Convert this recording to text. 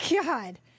God